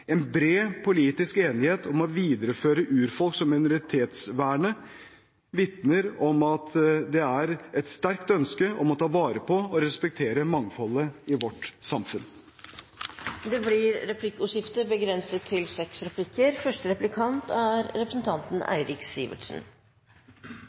En bred politisk enighet om å videreføre urfolks- og minoritetsvernet vitner om at det er et sterkt ønske om å ta vare på og respektere mangfoldet i vårt samfunn. Det blir replikkordskifte.